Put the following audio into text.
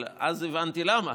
אבל אז הבנתי למה,